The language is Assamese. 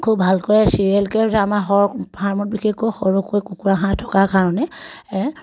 খুব ভালকৈ চিৰিয়েলকৈ আমাৰ সৰহ ফাৰ্মত বিশেষকৈ সৰহকৈ কুকুৰা হাঁহ থকাৰ কাৰণে